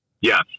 Yes